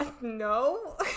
No